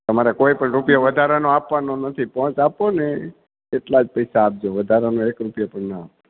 તમારે કોઈપણ રૂપિયો વધારાનો આપવાનો નથી તો જ આપોને એટલા જ પૈસા આપજો વધારાનો એકરૂપિયો પણ ણ આપતા